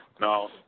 No